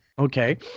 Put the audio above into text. Okay